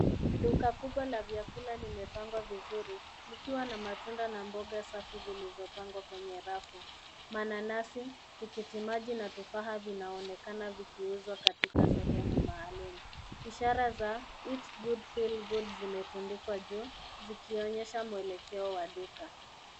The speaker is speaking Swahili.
Duka kubwa la vyakula limepangwa vizuri likiwa na matunda na mboga safi zilizopangwa kwenye rafu mananasi, tikitiki maji na tofaha vinaonekana vikiuzwa katika sehemu maalum. Ishara za Eat Good Feel Good zimetundikwa juu zikinyesha mwelekeo wa duka.